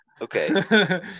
Okay